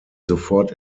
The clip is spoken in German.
sofort